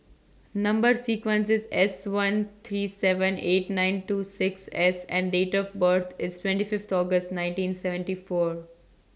Number sequence IS S one three seven eight nine two six S and Date of birth IS twenty Fifth August nineteen seventy four